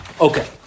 Okay